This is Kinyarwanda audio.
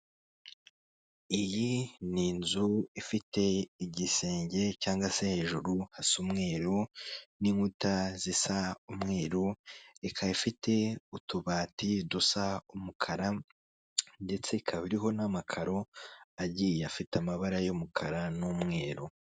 Iyi ni inzu ifite igisenge cyangwa se hejuru hasa umweru n'inkuta zisa umweru ikaba ifite utubati dusa umukara ndetse ikaba iriho n'amakaro agiye afite amabara y'umukara n'umweru.